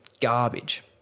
garbage